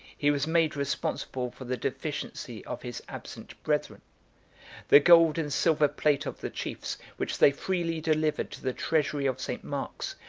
he was made responsible for the deficiency of his absent brethren the gold and silver plate of the chiefs, which they freely delivered to the treasury of st. marks,